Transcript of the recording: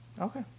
Okay